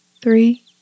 three